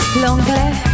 l'anglais